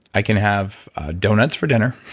i can have doughnuts for dinner,